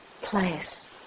place